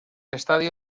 estadio